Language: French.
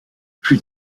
plus